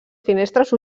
finestres